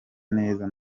neza